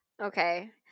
Okay